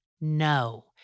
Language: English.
No